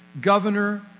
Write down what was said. governor